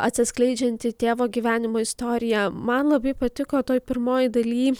atsiskleidžianti tėvo gyvenimo istorija man labai patiko toj pirmoj daly